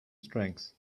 strengths